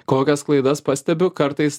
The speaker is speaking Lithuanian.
kokias klaidas pastebiu kartais